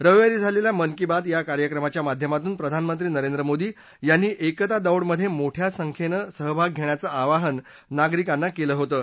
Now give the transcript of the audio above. रविवारी झालेल्या मन की बात या कार्यक्रमाच्या माध्यमातून प्रधानमंत्री नरेंद्र मोदी यांनी एकता दौडमध्ये मोठ्या संख्येनं भाग घेण्याचं आवाहन नागरिकांना केलं होतं